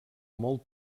molt